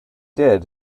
did